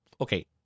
Okay